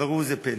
אבל ראו זה פלא,